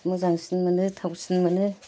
मोजांसिन मोनो थावसिन मोनो